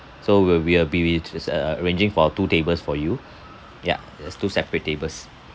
so we're we'll be uh arranging for two tables for you ya as two separate tables